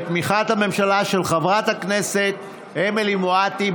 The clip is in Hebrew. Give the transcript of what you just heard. של חברת הכנסת אמילי מואטי,